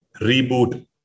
reboot